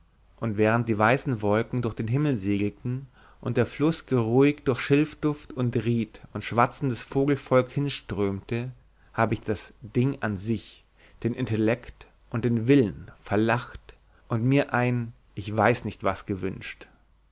und während die weißen wolken durch den himmel segelten und der fluß geruhig durch schilfduft und ried und schwatzendes vogelvolk hinströmte habe ich das ding an sich den intellekt und den willen verlacht und mir ein ich weiß nicht was gewünscht